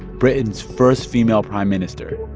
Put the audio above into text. britain's first female prime minister,